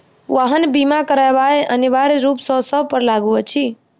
वाहन बीमा करायब अनिवार्य रूप सॅ सभ पर लागू अछि